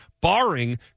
barring